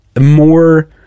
more